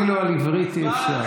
אפילו על עברית אי-אפשר,